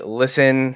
listen